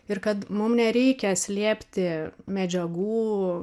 ir kad mum nereikia slėpti medžiagų